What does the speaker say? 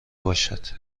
باشد